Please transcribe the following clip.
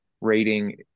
rating